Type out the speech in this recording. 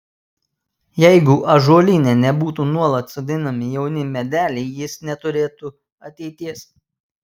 jeigu ąžuolyne nebūtų nuolat sodinami jauni medeliai jis neturėtų ateities